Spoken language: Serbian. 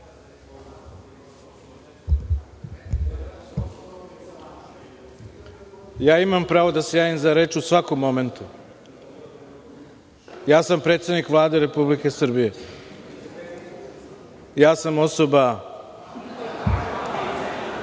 Ja imam pravo da se javim za reč u svakom momentu, ja sam predsednik Vlade Republike Srbije. Gospodine